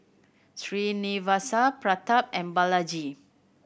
Srinivasa Pratap and Balaji